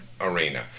arena